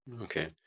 Okay